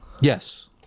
yes